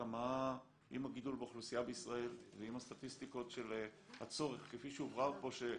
עם הגידול באוכלוסייה בישראל ועם הסטטיסטיקות של הצורך כפי שהובהר פה.